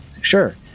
sure